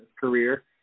career